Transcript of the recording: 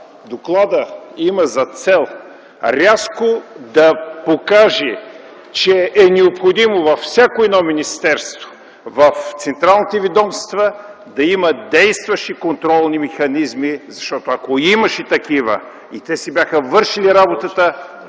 докладът има за цел рязко да покаже, че е необходимо във всяко едно министерство, в централните ведомства да има действащи контролни механизми, защото ако имаше такива и те си бяха вършили работата,